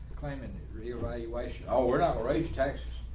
climate reevaluation. oh, we're not rage texts.